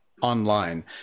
online